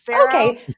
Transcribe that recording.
okay